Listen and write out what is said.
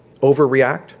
overreact